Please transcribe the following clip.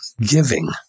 giving